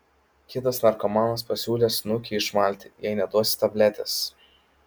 kitas narkomanas pasiūlė snukį išmalti jei neduosiu tabletės